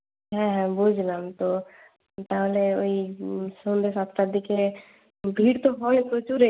হ্যাঁ হ্যাঁ বুঝলাম তো তাহলে ওই সন্ধ্যা সাতটার দিকে ভিড় তো হয় প্রচুরই